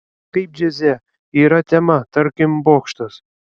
kaip džiaze yra tema tarkim bokštas